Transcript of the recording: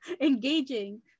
engaging